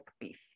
beef